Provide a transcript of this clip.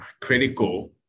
critical